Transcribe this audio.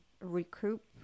recoup